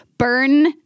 Burn